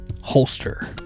holster